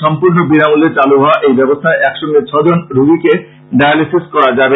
সম্পূর্ন বিনামূল্যে চালু হওয়া এই ব্যবস্থায় এক সঙ্গে ছ জন রোগীকে ডায়ালাইসিস করা যাবে